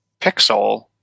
Pixel